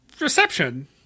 reception